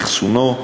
אחסונו,